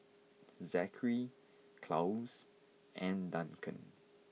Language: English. Zakary Claus and Duncan